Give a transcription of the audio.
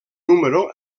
número